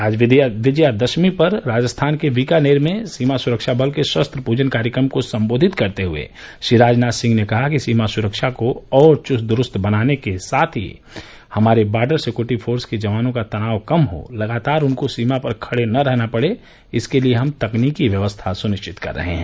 आज विजयदशमी पर राजस्थान के बीकानेर में सीमा सुरक्षा बल के शस्त्र पूजन कार्यक्रम को संबोधित करते हुए श्री राजनाथ सिंह ने कहा सीमा सुरक्षा को और चुस्त द्रुस्त बनाने के लिए और साथ ही साथ हमारे बॉर्डर सिक्योरिटी फोर्स के जवानों का तनाव कम हो लगातार उनको सीमा पर खड़े न रहना पड़े इसके हम तकनीकी व्यवस्था सुनिश्चित कर रहे हैं